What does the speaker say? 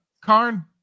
Karn